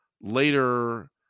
later